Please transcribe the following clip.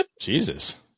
Jesus